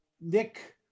Nick